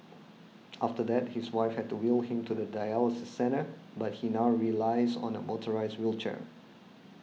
after that his wife had to wheel him to the dialysis centre but he now relies on a motorised wheelchair